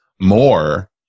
more